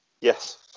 Yes